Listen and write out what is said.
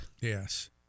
Yes